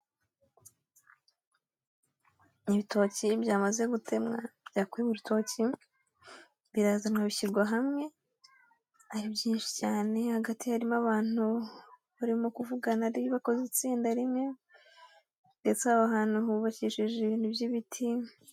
Ibitoki byamaze gutemwa byakuwe mu rutoki birabizana bishyirwa hamwe, ari byinshi cyane, hagati harimo abantu barimo kuvugana bakoze itsinda rimwe ndetse aho hantu hubakishije ibintu by'ibiti.